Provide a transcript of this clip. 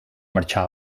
marxà